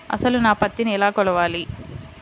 అసలు నా పత్తిని ఎలా కొలవాలి?